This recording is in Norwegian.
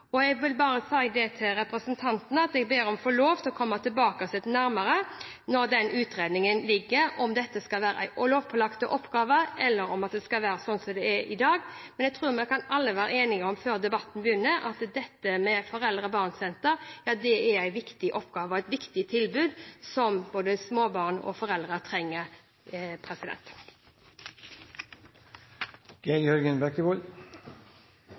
Jeg vil bare si til representanten at jeg ber om å få lov til å komme nærmere tilbake til, når utredningen foreligger, om dette skal være lovpålagte oppgaver, eller om det skal være som i dag. Men jeg tror vi alle er enige om før debatten begynner, at foreldre og barn-sentrene er et viktig tilbud som både småbarn og foreldrene trenger.